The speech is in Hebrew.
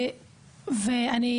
בסוף,